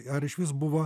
ar išvis buvo